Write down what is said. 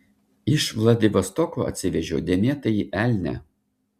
iš vladivostoko atsivežiau dėmėtąjį elnią